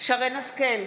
שרן מרים השכל,